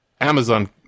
Amazon